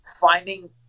finding